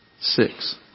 six